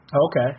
okay